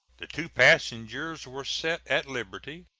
the two passengers were set at liberty,